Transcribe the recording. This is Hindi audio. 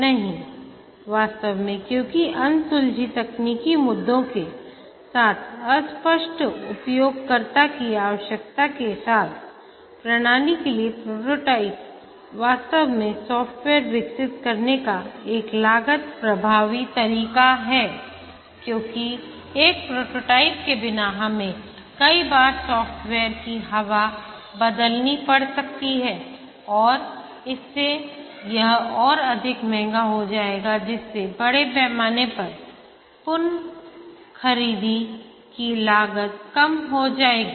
नहीं वास्तव में क्योंकि अनसुलझे तकनीकी मुद्दों के साथ अस्पष्ट उपयोगकर्ता की आवश्यकता के साथ प्रणाली के लिए प्रोटोटाइप वास्तव में सॉफ्टवेयर विकसित करने का एक लागत प्रभावी तरीका है क्योंकि एक प्रोटोटाइप के बिना हमें कई बार सॉफ्टवेयर की हवा बदलनी पड़ सकती है और इससे यह और अधिक महंगा हो जाएगा जिससे बड़े पैमाने पर पुनर्खरीद की लागत कम हो जाएगी